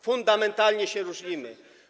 Fundamentalnie się różnimy.